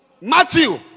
Matthew